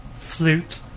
flute